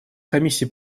комиссии